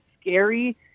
scary